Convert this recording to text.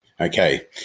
Okay